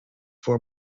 for